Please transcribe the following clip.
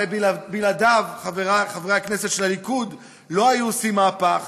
הרי בלעדיו חברי הכנסת של הליכוד לא היו עושים מהפך,